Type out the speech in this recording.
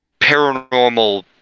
paranormal